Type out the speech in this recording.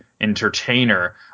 entertainer